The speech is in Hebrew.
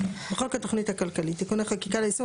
32. בחוק התוכנית הכלכלית (תיקוני חקיקה ליישום